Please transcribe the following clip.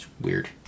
weird